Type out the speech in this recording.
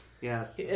Yes